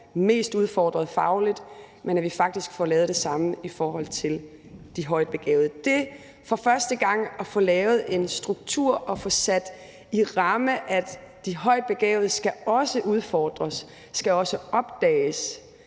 mest udfordret fagligt, men at vi faktisk får lavet det samme i forhold til de højtbegavede. Det, at vi for første gang får lavet en struktur og får sat det i ramme, at de højtbegavede også skal udfordres, at de også skal opdages,